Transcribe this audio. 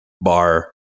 bar